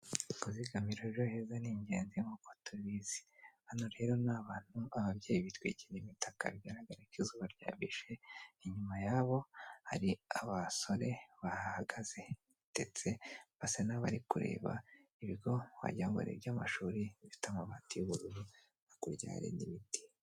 Kuzigamira rero ejo heza ni ingenzi, nk' tubizi, hano rero ni abantu b'ababyeyi bitwikira imitaka bigaragara ko izuba ryabishe, inyuma yabo hari abasore bahagaze ndetse basa n'abari kureba ibigo wagira ngo ni iby'amashuri bifite amabati y'ubururu no hakurya hariyo n'ibiti.